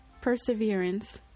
Perseverance